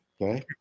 okay